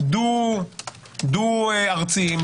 דו-ארציים,